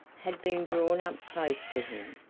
had been drawn up close to him,